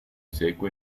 seco